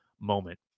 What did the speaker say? moment